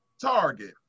Target